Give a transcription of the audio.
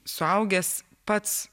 suaugęs pats